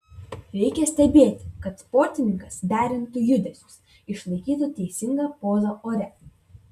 reikia stebėti kad sportininkas derintų judesius išlaikytų teisingą pozą ore